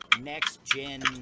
next-gen